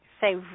say